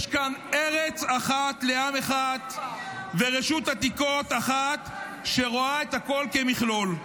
יש כאן ארץ אחת לעם אחד ורשות עתיקות אחת שרואה את הכול כמכלול.